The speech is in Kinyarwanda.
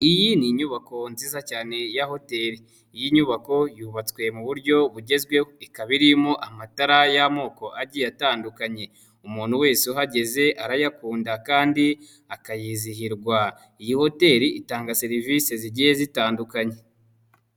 Iyi ni inyubako nziza cyane ya hoteli, iyi nyubako yubatswe mu buryo bugezweho ikaba irimo amatara y'amoko agiye atandukanye umuntu wese uhageze arayakunda kandi akayizihirwa, iyi hoteli itanga serivise zigiye zitandukanye.